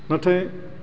नाथाय